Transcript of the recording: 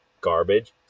garbage